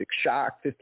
shock